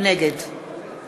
נגד